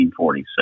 1947